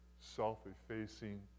self-effacing